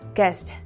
Guest